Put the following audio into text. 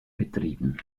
betrieben